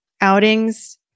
outings